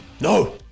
No